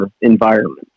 environment